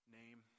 name